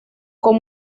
con